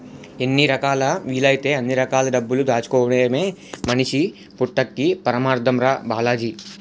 ఎన్ని రకాలా వీలైతే అన్ని రకాల డబ్బులు దాచుకోడమే మనిషి పుట్టక్కి పరమాద్దం రా బాలాజీ